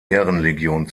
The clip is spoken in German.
ehrenlegion